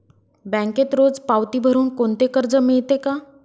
बँकेत रोज पावती भरुन कोणते कर्ज मिळते का?